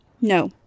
No